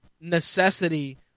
necessity